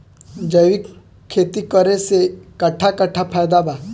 जैविक खेती करे से कट्ठा कट्ठा फायदा बा?